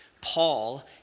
Paul